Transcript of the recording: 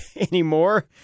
anymore